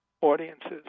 audiences